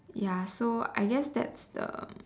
ya so I guess that's the